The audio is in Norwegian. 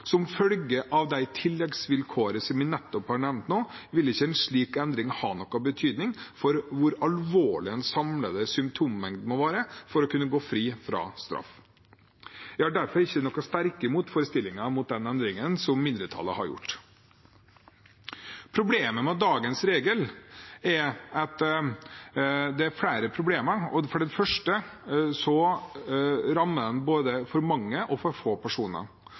Som følge av de tilleggsvilkårene som jeg nettopp nå har nevnt, vil ikke en slik endring ha noen betydning for hvor alvorlig den samlede symptommengden må være for å kunne gå fri fra straff. Jeg har derfor ikke noen sterke motforestillinger mot den endringen som mindretallet har gjort. Det er flere problemer med dagens regel. For det første rammer den både for mange og for få personer